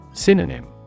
Synonym